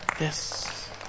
Yes